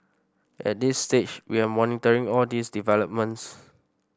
at this stage we are monitoring all these developments